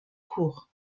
court